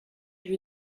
lui